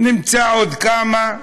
נמצא עוד כמה,